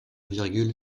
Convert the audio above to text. virgule